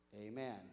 Amen